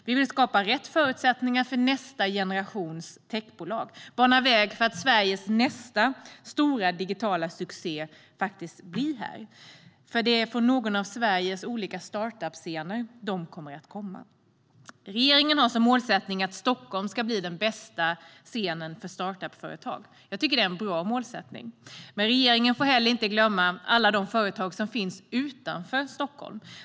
Vi vill skapa rätt förutsättningar för nästa generations techbolag och bana väg för att Sveriges nästa stora digitala succéer faktiskt blir kvar här, för det är från någon av Sveriges olika startup-scener de kommer att komma. Regeringen har som målsättning att Stockholm ska bli den bästa scenen för startup-företag. Jag tycker att det är en bra målsättning. Men regeringen får inte glömma alla de företag som finns utanför Stockholm.